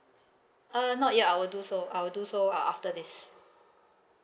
uh not yet I will do so I will do so after this